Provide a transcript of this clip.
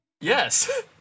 Yes